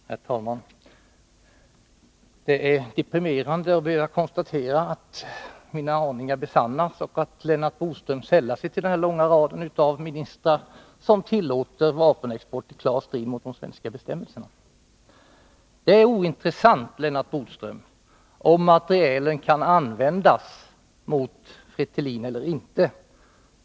Herr talman! Det är deprimerande att behöva konstatera att mina aningar besannas och att Lennart Bodström sällar sig till den långa raden av ministrar som tillåter vapenexport i klar strid mot de svenska bestämmelserna. Det är ointressant, Lennart Bodström, om materielen kan användas mot Fretilin eller inte.